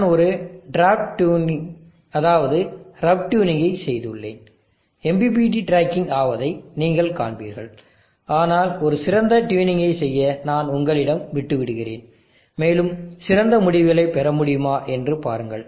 நான் ஒரு draft tuning அதாவது ரஃப் ட்யூனிங்கை செய்துள்ளேன் MPPT ட்ராக்கிங் ஆவதை நீங்கள் காண்பீர்கள் ஆனால் ஒரு சிறந்த டியூனிங்கைச் செய்ய நான் உங்களிடம் விட்டு விடுகிறேன் மேலும் சிறந்த முடிவுகளைப் பெற முடியுமா என்று பாருங்கள்